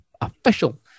official